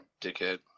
dickhead